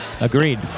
agreed